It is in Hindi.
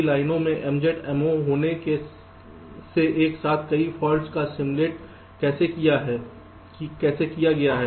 तो सभी लाइनों में MZ Mo होने से एक साथ कई फॉल्ट्स का सिम्युलेट कैसे किया गया